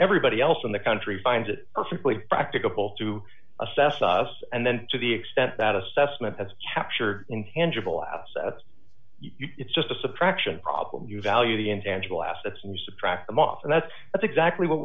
everybody else in the country finds it perfectly practicable to assess us and then to the extent that assessment has captured intangible assets it's just a subtraction problem you value the intangible assets and subtract them off and that's that's exactly what